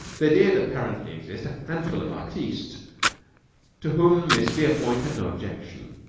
there did apparently exist a handful of artistes to whom miss verepoint had no objection,